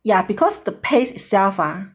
ya because the paste itself ah